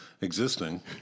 existing